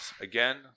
again